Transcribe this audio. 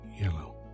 yellow